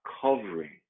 covering